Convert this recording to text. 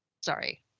Sorry